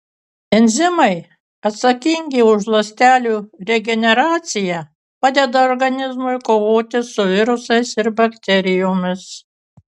enzimai atsakingi už ląstelių regeneraciją padeda organizmui kovoti su virusais ir bakterijomis